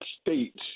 states